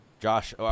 Josh